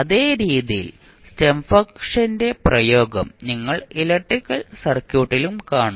അതേ രീതിയിൽ സ്റ്റെപ്പ് ഫംഗ്ഷന്റെ പ്രയോഗം നിങ്ങൾ ഇലക്ട്രിക്കൽ സർക്യൂട്ടിലും കാണും